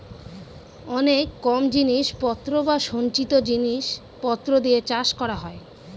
অনেক কম জিনিস পত্র বা সঞ্চিত জিনিস পত্র দিয়ে চাষ করা হয়